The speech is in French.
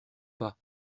pas